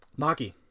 Maki